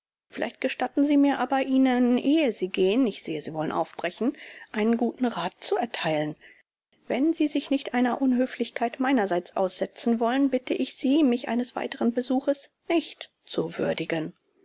vielleicht gestatten sie mir aber ihnen ehe sie gehen ich sehe sie wollen aufbrechen einen guten rat zu erteilen wenn sie sich nicht einer unhöflichkeit meinerseits aussetzen wollen bitte ich sie mich eines weiteren besuches nicht zu würdigen